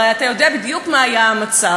הרי אתה יודע בדיוק מה היה המצב.